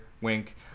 wink